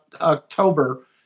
October